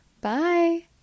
Bye